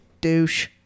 douche